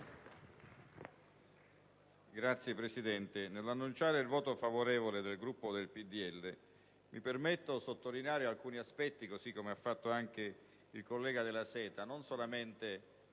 Signor Presidente, nell'annunciare il voto favorevole del Gruppo del PdL desidero sottolineare alcuni aspetti, così come ha fatto anche il collega Della Seta, ed esprimere